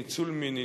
ניצול מיני,